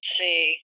see